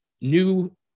New